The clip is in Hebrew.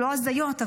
לא הזיות,